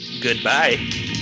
goodbye